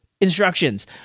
instructions